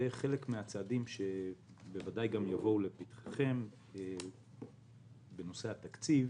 וחלק מהצעדים שבוודאי גם יבואו לפתחכם בנושא התקציב